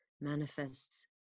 manifests